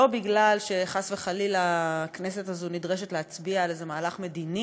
לא כי חס וחלילה הכנסת הזאת נדרשת להצביע על איזה מהלך מדיני,